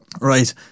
right